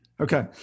Okay